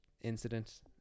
incident